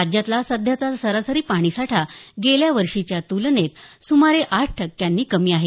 राज्यातला सध्याचा सरासरी पाणीसाठा गेल्या वर्षीच्या तुलनेत सुमारे आठ टक्क्यांनी कमी आहे